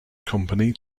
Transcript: company